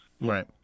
Right